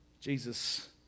Jesus